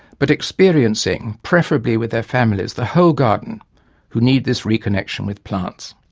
but experiencing, preferably with their families, the whole garden who need this reconnection with plants.